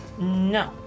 No